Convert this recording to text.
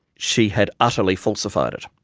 she had utterly falsified it.